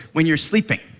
when you're sleeping.